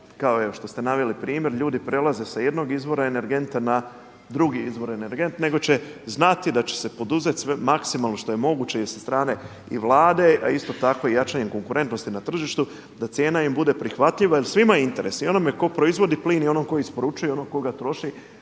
evo što ste naveli primjer ljudi prelaze sa jednog izvora energenta na drugi izvor nego će znati da će se poduzeti maksimalno što je moguće i sa strane i Vlade, a isto tako jačanjem konkurentnosti na tržištu da im cijena bude prihvatljiva. Jel svima je u interesu i onom tko proizvodi plin i onom tko isporučuje i onom tko ga troši